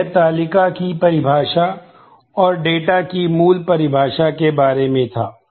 अब यह तालिका की परिभाषा और डेटा की मूल परिभाषा के बारे में था